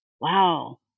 wow